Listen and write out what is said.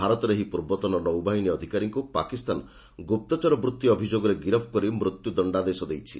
ଭାରତର ଏହି ପୂର୍ବତନ ନୌବାହିନୀ ଅଧିକାରୀଙ୍କୁ ପାକିସ୍ତାନ ଗୁପ୍ତଚର ବୃତ୍ତି ଅଭିଯୋଗରେ ଗିରଫ କରି ମୃତ୍ୟୁ ଦଶ୍ଚାଦେଶ ଦେଇଛି